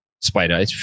Spider